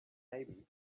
maybe